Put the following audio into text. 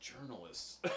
journalists